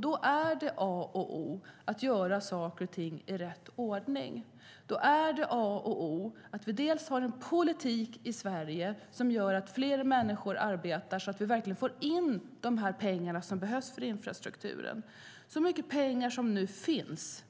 Då är det a och o att göra saker i rätt ordning. Då är det a och o att vi har en politik i Sverige som gör att fler människor arbetar, så att vi verkligen får in de pengar som behövs för infrastrukturen. Med tanke på hur mycket pengar som nu finns